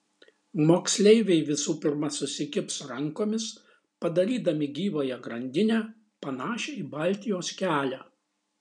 moksleiviai visų pirma susikibs rankomis padarydami gyvąją grandinę panašią į baltijos kelią